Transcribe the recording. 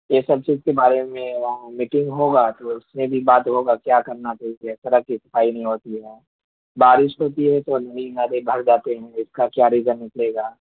یہ سب چیز کے بارے میں میٹنگ ہوگا تو اس میں بھی بات ہوگا کیا کرنا چاہیے سڑک کی صفائی نہیں ہوتی ہے بارش ہوتی ہے تو ندی نالے بھر جاتے ہیں اس کا کیا ریزن نکلے گا